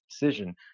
decision